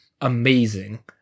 amazing